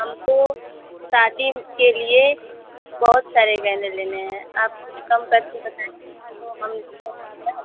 हमको शादी के लिये बहुत सारे गहने लेने हैं आप कुछ कम करके बताएं तो हम